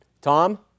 Tom